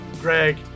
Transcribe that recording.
Greg